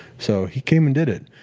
so he came and did it,